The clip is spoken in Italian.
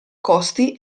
costi